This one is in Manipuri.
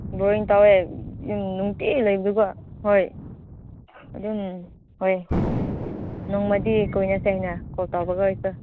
ꯕꯣꯔꯤꯡ ꯇꯧꯋꯦ ꯅꯨꯡꯇꯤꯒꯤ ꯂꯩꯕꯗꯨ ꯀꯣ ꯍꯣꯏ ꯑꯗꯨꯝ ꯍꯣꯏ ꯅꯣꯡꯃꯗꯤ ꯀꯣꯏꯅꯁꯦ ꯍꯥꯏꯅ ꯀꯣꯜ ꯇꯧꯕ ꯀꯣ ꯑꯩꯁꯨ